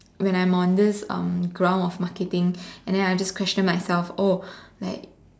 when I'm on this um ground of marketing and then I just question myself oh like